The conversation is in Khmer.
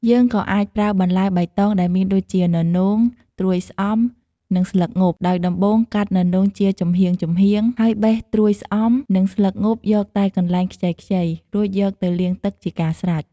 យើងក៏អាចប្រើបន្លែបៃតងដែលមានដូចជា ននោង ត្រួយស្អំ និងស្លឹកងប់ ដោយដំបូងកាត់ននោងជាចំហៀងៗ ហើយបេះត្រួយស្អំ និងស្លឹកងប់យកតែកន្លែងខ្ចីៗ រួចយកទៅលាងទឹកជាការស្រេច។